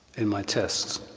in my tests.